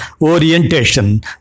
orientation